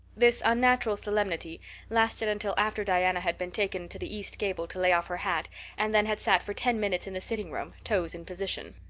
this unnatural solemnity lasted until after diana had been taken to the east gable to lay off her hat and then had sat for ten minutes in the sitting room, toes in position.